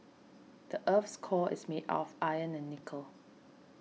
the earth's core is made of iron and nickel